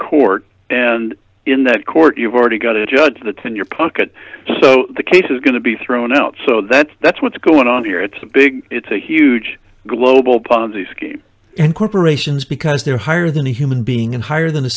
court and in that court you've already got a judge that can your pocket so the case is going to be thrown out so that that's what's going on here it's a big it's a huge global ponzi scheme and corporations because they're higher than a human being and higher than a